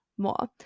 more